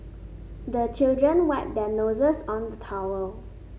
the children wipe their noses on the towel